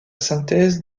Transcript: synthèse